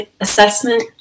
assessment